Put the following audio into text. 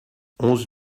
onze